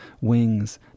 Wings